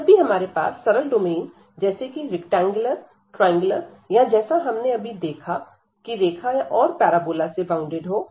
जब भी हमारे पास सरल डोमेन जैसे कि रैक्टेंगुलर ट्रायंगुलर या जैसा हमने अभी देखा की रेखा और पैराबोला से बॉउंडेड हो